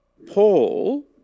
Paul